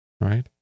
right